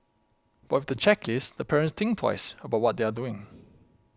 but with the checklist the parents think twice about what they are doing